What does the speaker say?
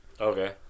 Okay